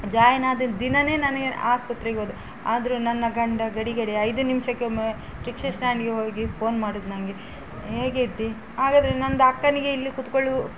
join ಆದದ್ದು ದಿನನೇ ನನಗೆ ಆಸ್ಪತ್ರೆಗೆ ಹೋದೆ ಆದರು ನನ್ನ ಗಂಡ ಗಡಿ ಗಡಿ ಐದು ನಿಮಿಷಕ್ಕೆ ಒಮ್ಮೆ ರಿಕ್ಷ ಸ್ಟ್ಯಾಂಡಿಗೆ ಹೋಗಿ ಫೋನ್ ಮಾಡುದು ನನ್ಗೆ ಹೇಗೆ ಇದ್ದಿ ಹಾಗಾದರೆ ನಂದು ಅಕ್ಕನಿಗೆ ಇಲ್ಲಿ ಕೂತ್ಕೊಳ್ಳು